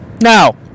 Now